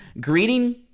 greeting